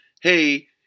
hey